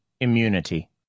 Immunity